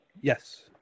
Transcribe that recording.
yes